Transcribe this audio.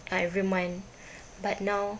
ah every month but now